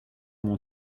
mon